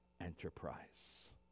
enterprise